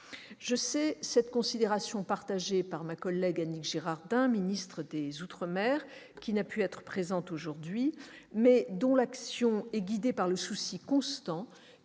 Je sais cette considération partagée par ma collègue Annick Girardin, ministre des outre-mer, qui n'a pu être présente aujourd'hui, mais dont l'action est guidée par le souci constant